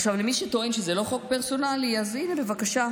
למי שטוען שזה לא חוק פרסונלי, אז הינה, בבקשה,